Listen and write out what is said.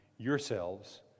yourselves